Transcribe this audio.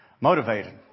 motivated